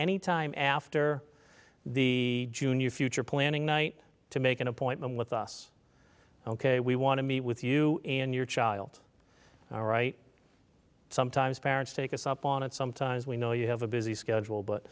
any time after the junior future planning night to make an appointment with us ok we want to meet with you in your child all right sometimes parents take us up on it sometimes we know you have a busy schedule but